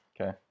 Okay